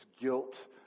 guilt